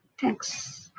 Thanks